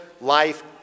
life